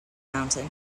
mountain